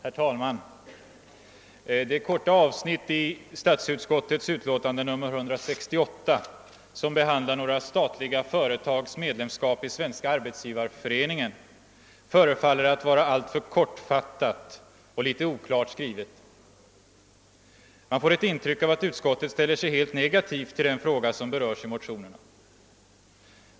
Herr talman! Det korta avsnitt i statsutskottets utlåtande nr 168, som behandlar några statliga företags medlemskap i Svenska arbetsgivareföreningen, förefaller att vara alltför kortfattat och litet oklart skrivet. Man får ett intryck av att utskottet ställer sig helt negativt till den fråga som berörs i motionerna.